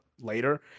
later